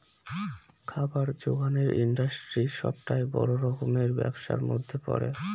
খাবার জোগানের ইন্ডাস্ট্রি সবটাই বড় রকমের ব্যবসার মধ্যে পড়ে